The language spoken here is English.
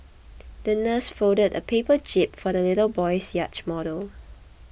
the nurse folded a paper jib for the little boy's yacht model